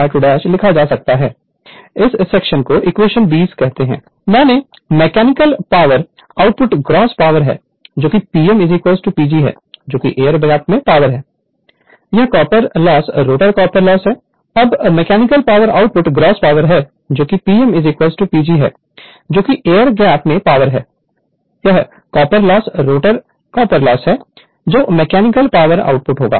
Refer Slide Time 0518 अब mechanical power output gross power है जो कि Pm PG है जो कि एयर गैप में पावर है यह copper loss rotor copper loss है जो मैकेनिकल पावर आउटपुट होगा